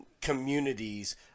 communities